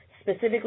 specifically